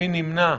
מי נמנע?